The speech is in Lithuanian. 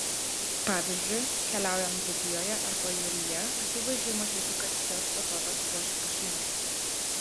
pavyzdžiui keliaujant dzūkijoje ar pajūryje akivaizdžiai matyti kad šias vietoves puošia pušynai